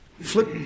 flip